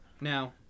Now